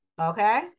Okay